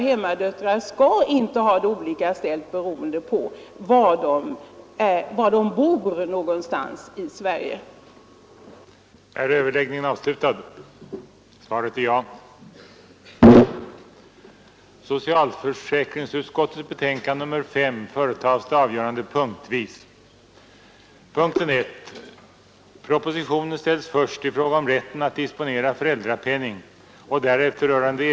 Hemmadöttrar skall inte ha olika ställning beroende på var någonstans i Sverige de bor.